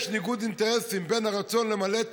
יש ניגוד אינטרסים בין הרצון למלא את